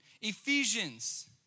Ephesians